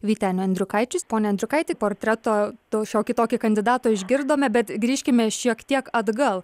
vyteniu andriukaičiu pone andriukaiti portretą tau šiokį tokį kandidato išgirdome bet grįžkime šiek tiek atgal